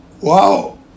Wow